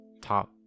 top